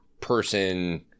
person